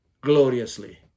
gloriously